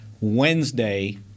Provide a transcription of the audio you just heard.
Wednesday